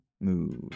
move